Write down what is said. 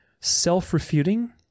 self-refuting